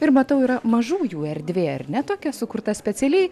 ir matau yra mažųjų erdvė ar ne tokia sukurta specialiai